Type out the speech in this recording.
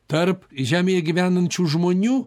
tarp žemėje gyvenančių žmonių